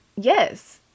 Yes